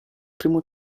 primo